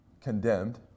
condemned